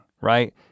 right